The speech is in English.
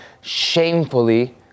shamefully